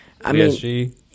PSG